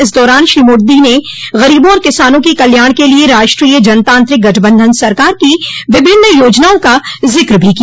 इस दौरान श्री मोदी ने गरीबों और किसानों के कल्याण के लिए राष्ट्रीय जनतांत्रिक गठबंधन सरकार की विभिन्न योजनाओं का जिक्र भी किया